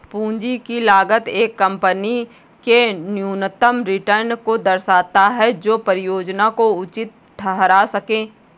पूंजी की लागत एक कंपनी के न्यूनतम रिटर्न को दर्शाता है जो परियोजना को उचित ठहरा सकें